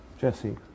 Jesse